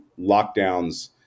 lockdowns